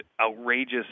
outrageous